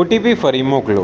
OTP ફરી મોકલો